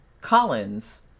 Collins